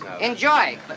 Enjoy